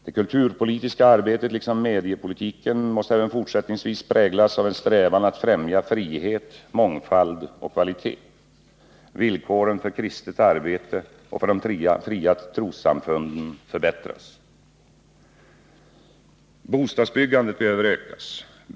Det kulturpolitiska arbetet, liksom mediepolitiken, måste även fortsättningsvis präglas av en strävan att främja frihet, mångfald och kvalitet. Villkoren för kristet arbete och för de fria trossamfunden förbättras. Bostadsbyggandet behöver ökas.